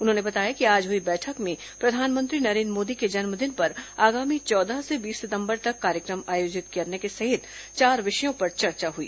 उन्होंने बताया कि आज हुई बैठक में प्रधानमंत्री नरेन्द्र मोदी के जन्मदिन पर आगामी चौदह से बीस सितंबर तक कार्यक्रम आयोजित करने सहित चार विषयों पर चर्चा हुई